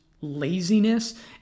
laziness